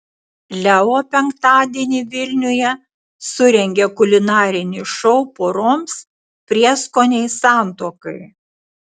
leo penktadienį vilniuje surengė kulinarinį šou poroms prieskoniai santuokai